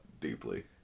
deeply